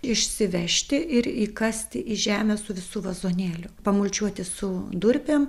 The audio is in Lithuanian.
išsivežti ir įkasti į žemę su visu vazonėliu pamulčiuoti su durpėm